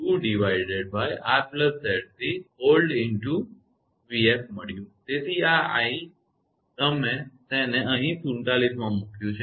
તેથી આ i મૂલ્ય તમે તેને અહીં 47 માં મુક્યું છે